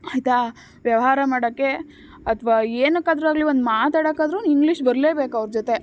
ಆಯಿತಾ ವ್ಯವಹಾರ ಮಾಡಕ್ಕೆ ಅಥವಾ ಏನಕ್ಕಾದರೂ ಆಗಲಿ ಒಂದು ಮಾತಾಡೋಕ್ಕಾದ್ರು ಇಂಗ್ಲೀಷ್ ಬರ್ಲೇಬೇಕು ಅವ್ರ ಜೊತೆ